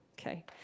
okay